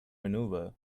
maneuver